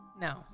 No